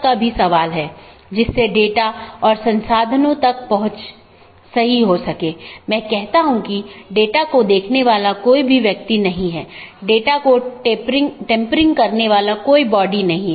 और अगर आप फिर से याद करें कि हमने ऑटॉनमस सिस्टम फिर से अलग अलग क्षेत्र में विभाजित है तो उन क्षेत्रों में से एक क्षेत्र या क्षेत्र 0 बैकबोन क्षेत्र है